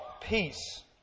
peace